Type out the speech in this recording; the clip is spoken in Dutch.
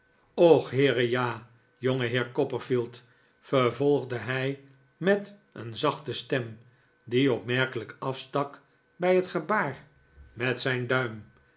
och heere ja jongeheer copperfield vervolgde hij met een zachte stem die opmerkelijk afstak bij het gebaar met zijn duim